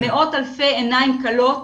מאות אלפי עיניים כלות